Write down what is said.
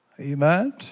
Amen